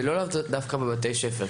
אבל לאו דווקא בבתי הספר.